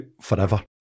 forever